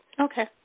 Okay